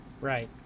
Right